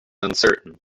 uncertain